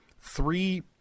three